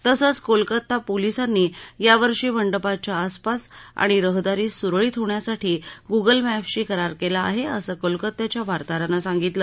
तसंच कोलकाता पोलिसांनी यावर्षी मंडपांच्या आसपास आणि रहदारी सुरळीत होण्यासाठी गुगल मॅपशी करार केला आहे असं कोलकाताच्या वार्ताहरानं सांगितलं